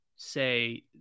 say